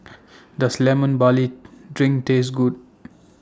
Does Lemon Barley Drink Taste Good